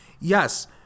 Yes